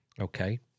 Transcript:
okay